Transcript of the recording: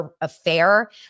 affair